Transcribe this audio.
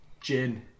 gin